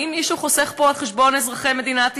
האם מישהו חוסך פה על חשבון אזרחי מדינת ישראל?